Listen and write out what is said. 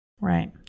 Right